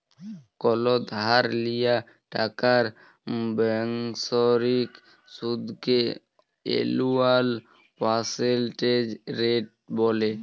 call ধার লিয়া টাকার বাৎসরিক সুদকে এলুয়াল পার্সেলটেজ রেট ব্যলে